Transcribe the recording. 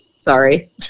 Sorry